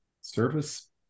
service